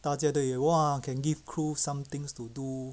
大家对于 !wah! can give crew some things to do